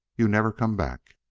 you never come back.